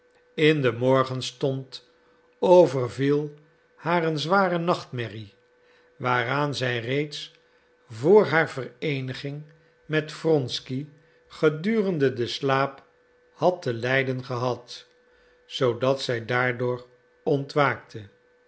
in den morgenstond overviel haar een zware nachtmerrie waaraan zij reeds vr haar vereeniging met wronsky gedurende den slaap had te lijden gehad zoodat zij daardoor ontwaakte